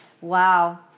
Wow